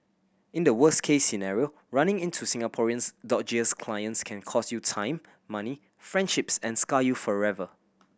in the worst case scenario running into Singapore's dodgiest clients can cost you time money friendships and scar you forever